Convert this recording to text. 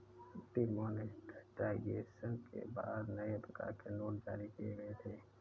demonetisation के बाद नए प्रकार के नोट जारी किए गए थे